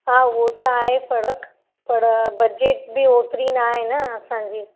हा उहो त आहे फ़र्क़ु पर बजेट बि ओतिरी न आहे न असांजी